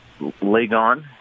Lagon